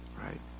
right